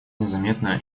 незаметно